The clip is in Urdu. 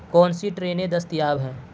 کون سی ٹرینیں دستیاب ہیں